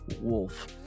wolf